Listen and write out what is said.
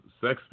Sex